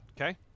Okay